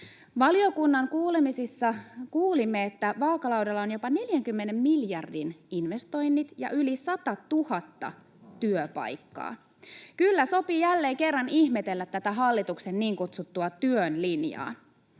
Valiokunnan kuulemisissa kuulimme, että vaakalaudalla on jopa 40 miljardin investoinnit ja yli satatuhatta työpaikkaa. Kyllä sopii jälleen kerran ihmetellä tätä hallituksen niin kutsuttua työn linjaa.